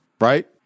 right